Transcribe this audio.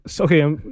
okay